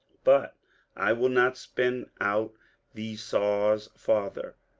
but i wul not spin out these saws farther,